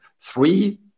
three